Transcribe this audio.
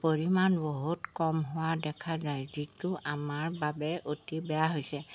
পৰিমাণ বহুত কম হোৱা দেখা যায় যিটো আমাৰ বাবে অতি বেয়া হৈছে